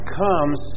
comes